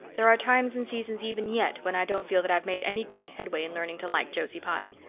there are times and seasons even yet when i don't feel that i've made any great headway in learning to like josie pye!